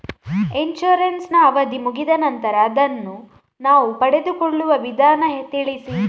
Insurance ನ ಅವಧಿ ಮುಗಿದ ನಂತರ ಅದನ್ನು ನಾವು ಪಡೆದುಕೊಳ್ಳುವ ವಿಧಾನ ತಿಳಿಸಿ?